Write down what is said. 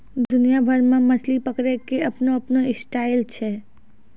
दुनिया भर मॅ मछली पकड़ै के आपनो आपनो स्टाइल छै